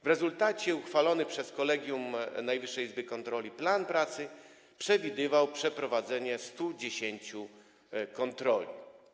W rezultacie uchwalony przez kolegium Najwyższej Izby Kontroli plan pracy przewidywał przeprowadzenie 110 kontroli.